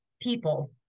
people